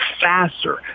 faster